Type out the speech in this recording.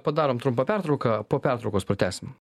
padarom trumpą pertrauką po pertraukos pratęsim